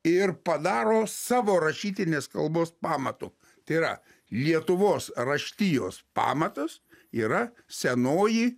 ir padaro savo rašytinės kalbos pamatu tai yra lietuvos raštijos pamatas yra senoji